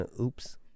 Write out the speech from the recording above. Oops